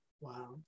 Wow